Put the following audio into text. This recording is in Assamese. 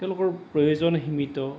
তেওঁলোকৰ প্ৰয়োজন সীমিত